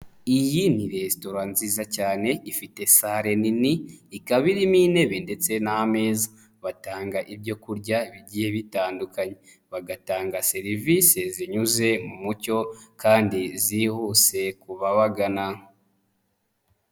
lyi ni restaurant nziza cyane, ifite salle nini ikaba irimo intebe, ndetse n'ameza ,batanga ibyo kurya bigiye bitandukanye ,bagatanga service zinyuze mu mucyo ,kandi zihuse kubabagana.